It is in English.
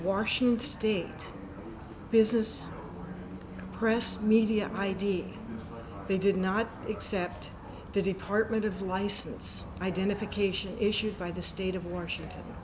washington state business press media i d they did not accept the department of license identification issued by the state of washington